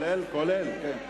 כולל, כולל, כן.